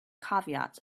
caveats